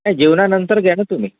नाही जेवणानंतर घ्या ना तुम्ही